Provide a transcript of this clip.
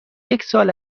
یکسال